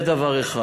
זה דבר אחד.